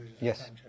Yes